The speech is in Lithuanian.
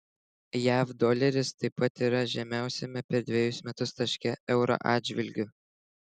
jav doleris taip pat yra žemiausiame per dvejus metus taške euro atžvilgiu